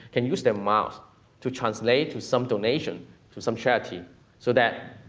can use their miles to translate to some donation to some charity so that,